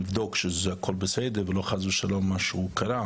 שהכול בסדר ולא חלילה משהו אחר קרה.